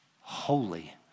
holy